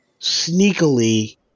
sneakily